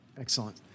Excellent